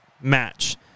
match